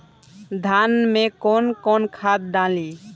धान में कौन कौनखाद डाली?